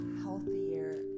healthier